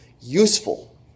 useful